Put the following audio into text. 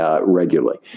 regularly